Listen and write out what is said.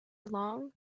along